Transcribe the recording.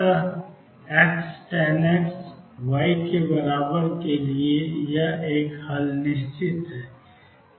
अत Xtan X Y का एक हल निश्चित है